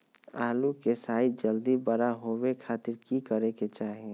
आलू के साइज जल्दी बड़ा होबे खातिर की करे के चाही?